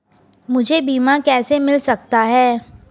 मुझे बीमा कैसे मिल सकता है?